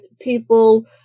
people